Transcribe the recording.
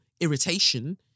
irritation